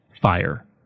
Fire